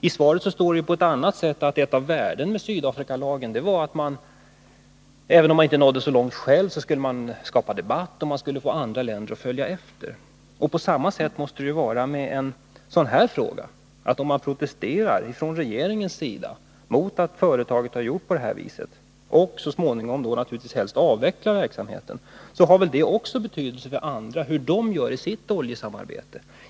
I svaret står det på ett annat ställe att ett av värdena med Sydafrikalagen var att man, även om man inte nådde så långt själv, skulle skapa debatt, och man skulle få andra länder att följa efter. På samma sätt måste det vara med en sådan här fråga: Om regeringen protesterar mot att företaget har gjort på detta sätt, och helst ser till att verksamheten så småningom avvecklas, så har väl det också betydelse för hur andra gör i sitt oljesamarbete.